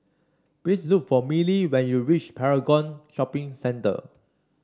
please look for Miley when you reach Paragon Shopping Centre